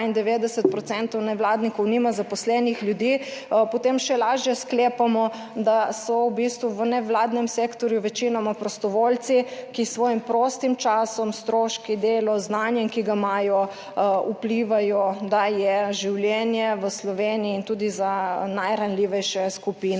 92 % nevladnikov nima zaposlenih ljudi, potem še lažje sklepamo, da so v bistvu v nevladnem sektorju večinoma prostovoljci, ki s svojim prostim časom, stroški, delo, z znanjem, ki ga imajo vplivajo, da je življenje v Sloveniji in tudi za najranljivejše skupine